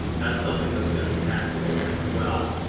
that's something that's going to be taxable as well.